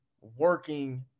working